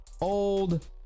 old